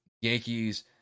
Yankees